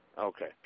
Okay